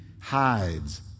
hides